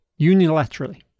unilaterally